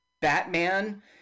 Batman